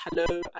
hello